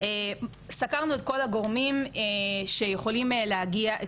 סקרנו את כל הגורמים שיכולים להגיע,